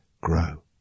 grow